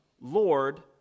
Lord